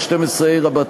12ה(ב),